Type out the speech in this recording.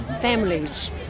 families